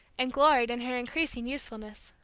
and gloried in her increasing usefulness.